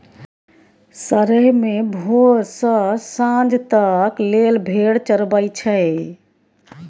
सरेह मे भोर सँ सांझ तक लेल भेड़ चरबई छै